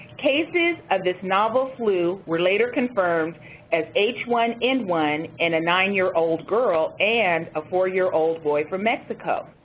cases of this novel flu were later confirmed as h one n one in a nine year old girl and a four year old boy from mexico.